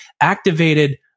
activated